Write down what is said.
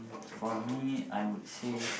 for me I would save